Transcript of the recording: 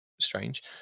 strange